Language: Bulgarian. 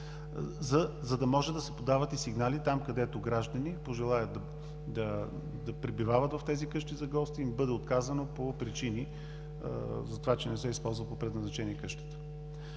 за да може да се подават и сигнали там, където граждани пожелаят да пребивават в тези къщи за гости и им бъде отказано по причини, затова че не се използва по предназначение къщата.